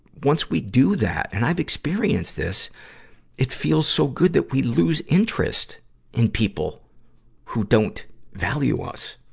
once we do that and i've experienced this it feels so good that we lose interest in people who don't value us.